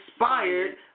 inspired